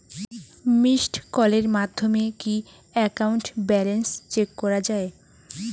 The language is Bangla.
মিসড্ কলের মাধ্যমে কি একাউন্ট ব্যালেন্স চেক করা যায়?